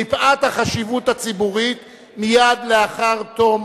מפאת החשיבות הציבורית, מייד לאחר תום